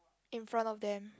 in front of them